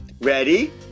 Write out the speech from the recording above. ready